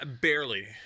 barely